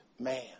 man